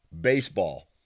Baseball